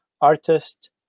artist